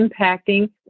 impacting